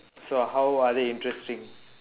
so how are they interesting